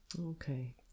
Okay